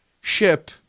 ship